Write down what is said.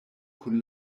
kun